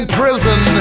prison